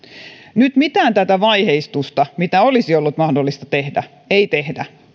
nyt mitään tätä vaiheistusta mitä olisi ollut mahdollista tehdä ei tehdä